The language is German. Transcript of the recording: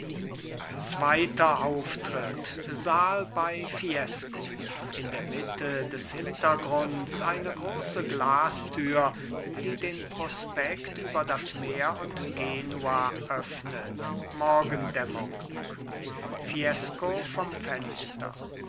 zweiter auftritt saal bei fiesco in der mitte des hintergrunds eine große glastüre die den prospekt über das meer und genua öffnet morgendämmerung fiesco vom fenster